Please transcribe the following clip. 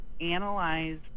analyze